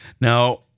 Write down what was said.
Now